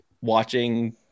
watching